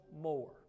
more